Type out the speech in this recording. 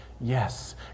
yes